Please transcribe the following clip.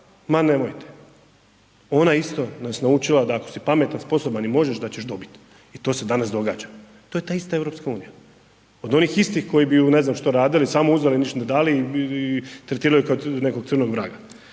Ma nemojte, ona isto nas naučila da ako si pametan, sposoban i možeš da ćeš dobiti i to se danas događa. To je ta ista EU. Od onih istih koji bi joj ne znam što radili, samo uzeli i ništa ne dali i tretirali ju kao nekog crnog vraga.